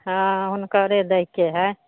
हँ हुनकरे दैके हए